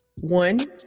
One